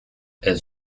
elles